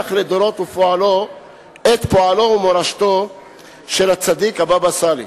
לדורות את פועלו ומורשתו של הצדיק הבבא סאלי,